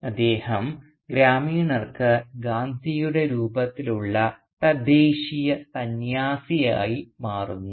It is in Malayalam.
അദ്ദേഹം ഗ്രാമീണർക്ക് ഗാന്ധിയുടെ രൂപത്തിലുള്ള തദ്ദേശീയ സന്യാസിയായി മാറുന്നു